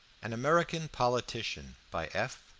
an american politician, by f.